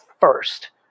first